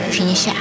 Finish